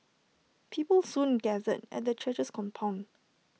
people soon gathered at the church's compound